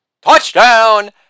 Touchdown